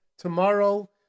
Tomorrow